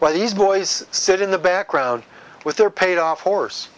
where these boys sit in the background with their paid off horse